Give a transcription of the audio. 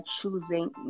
choosing